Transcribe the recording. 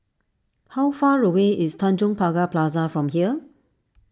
how far away is Tanjong Pagar Plaza from here